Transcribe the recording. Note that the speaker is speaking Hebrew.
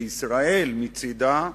וישראל, מצדה,